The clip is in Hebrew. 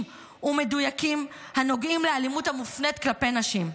ומדויקים הנוגעים לאלימות המופנית כלפי נשים.